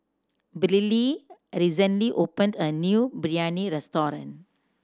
Briley recently opened a new Biryani restaurant